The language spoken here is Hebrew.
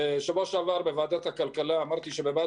בשבוע שעבר בוועדת הכלכלה אמרתי שבבת